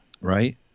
right